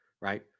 Right